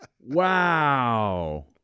Wow